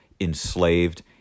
enslaved